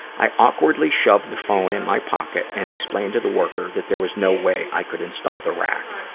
i awkwardly shoved the phone in my pocket and explained to the worker that there was no way i could install the rack.